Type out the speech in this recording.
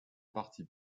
parti